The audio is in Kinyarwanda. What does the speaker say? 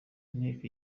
inteko